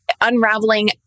unraveling